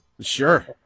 Sure